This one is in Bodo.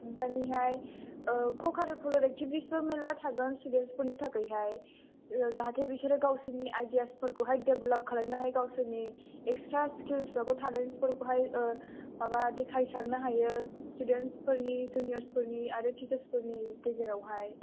ओमफ्रायनिहाय क' कारिकुलार एक्टिभिटिस फोर मेरला थागोन स्टुडेन्स फोरनि थाखायहाय जाहाथे बिसोरो गावसोरनि आइडियास फोरखौहाय डेभेलाप खालामनो हायो गावसोरनि इक्सट्रा स्किलस फोरखौहाय थानायफोरखौहाय माबा देखायसारनो हायो स्टुडेन्स फोरनि जुनियरस फोरनि आरो टिसार्स फोरनि गेजेरावहाय